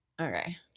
okay